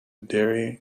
derry